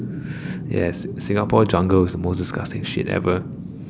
yes Singapore jungle is the most disgusting shit ever